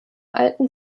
alten